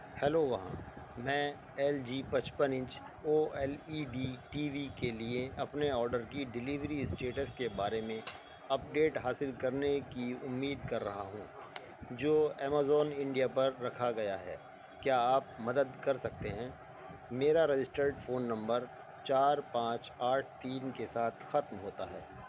hello وہاں میں L G پچپن inch O L E D T V کے لیے اپنے آرڈر کی ڈیلیوری اسٹیٹس کے بارے میں اپ ڈیٹ حاصل کرنے کی امید کر رہا ہوں جو ایمیزون انڈیا پر رکھا گیا ہے کیا آپ مدد کر سکتے ہیں میرا رجسٹرڈ فون نمبر چار پانچ آٹھ تین کے ساتھ ختم ہوتا ہے